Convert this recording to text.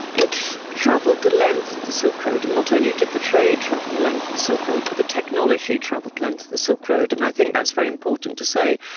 it travelled the length of the silk road, and not only did the trade travel the length of the silk road, but the technology travelled the length of the silk road, and i think that's very important to say.